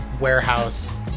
warehouse